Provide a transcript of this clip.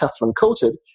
Teflon-coated